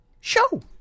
Show